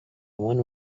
one